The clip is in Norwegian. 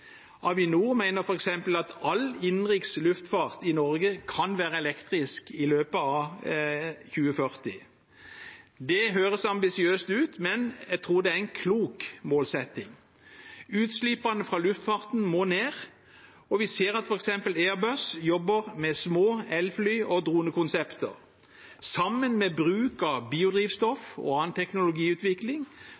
Avinor mener f.eks. at all innenriks luftfart i Norge kan være elektrisk i 2040. Det høres ambisiøst ut, men jeg tror det er en klok målsetting. Utslippene fra luftfarten må ned, og vi ser at f.eks. Airbus jobber med små elfly og dronekonsepter. Sammen med bruk av